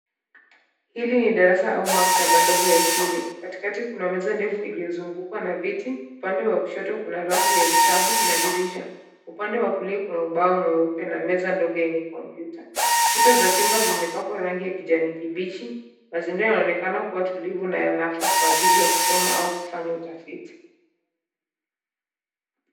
Hili ni darasa au maktaba ndogo ya shule. Katikati kuna meza ndefu iliyozungukwa na viti. Upande wa kushoto kuna rafu ya vitabu na dirisha. Upande wa kulia kuna ubao mweupe na meza ndogo yenye kompyuta. Kuta za chumba zimepakwa rangi ya kijani kibichi. Mazingira yanaonekana kuwa tulivu na yanafaa kwa ajili ya kusoma au kufanya utafiti.